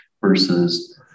versus